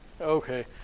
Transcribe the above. Okay